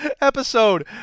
episode